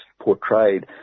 portrayed